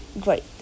great